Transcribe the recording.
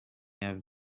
have